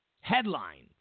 headlines